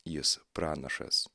jis pranašas